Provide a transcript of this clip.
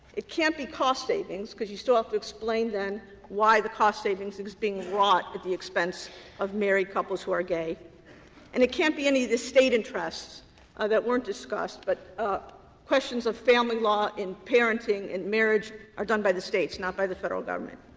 it can't be cost savings, because you still have to explain then why the cost savings is being wrought at the expense of married couples who are gay and it can't be any of the state interests that weren't discussed, but questions of family law in parenting and marriage are done by the states, not by the federal government.